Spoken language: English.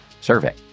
survey